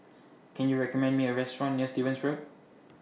Can YOU recommend Me A Restaurant near Stevens Road